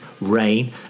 rain